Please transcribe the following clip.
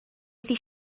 iddi